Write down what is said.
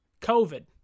COVID